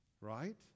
Right